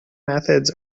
methods